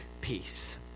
peace